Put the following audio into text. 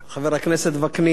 חבר הכנסת וקנין,